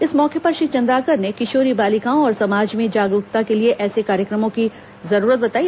इस मौके पर श्री चन्द्राकर ने किशोरी बालिकाओं और समाज में जागरूकता के लिए ऐसे कार्यक्रमों की जरूरत बताई